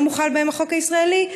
שלא מוחל שם החוק הישראלי,